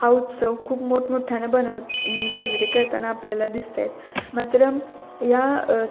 हा उत्सव खूप मोठमोठ्यानं बन साजरे करताना आपल्याला दिसत आहे मात्र ह्या